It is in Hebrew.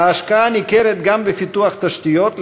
ההשקעה ניכרת גם בפיתוח תשתיות,